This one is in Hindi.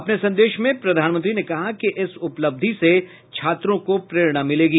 अपने संदेश में प्रधानमंत्री ने कहा कि इस उपलब्धि से छात्रों को प्रेरणा मिलेगी